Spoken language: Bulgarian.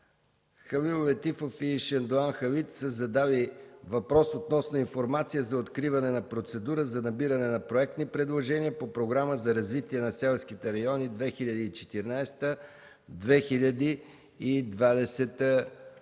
Халил Летифов и Шендоан Халит са задали въпрос относно информация за откриване на процедура за набиране на проектни предложения по Програма за развитие на селските райони 2014-2020 г.